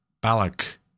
Balak